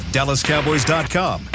DallasCowboys.com